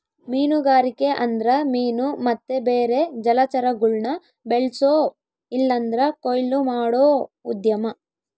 ಮೀನುಗಾರಿಕೆ ಅಂದ್ರ ಮೀನು ಮತ್ತೆ ಬೇರೆ ಜಲಚರಗುಳ್ನ ಬೆಳ್ಸೋ ಇಲ್ಲಂದ್ರ ಕೊಯ್ಲು ಮಾಡೋ ಉದ್ಯಮ